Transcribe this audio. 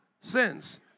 Sins